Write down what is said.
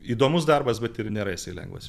įdomus darbas bet ir nėra jisai lengvas